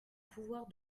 pouvoir